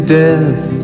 death